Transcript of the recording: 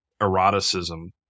eroticism